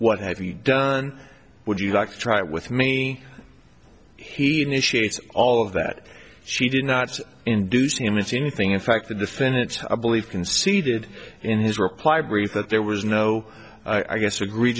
what have you done would you like to try it with me he initiated all of that she did not induce him to see anything in fact the defendant i believe conceded in his reply brief that there was no i guess egre